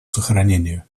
сохранению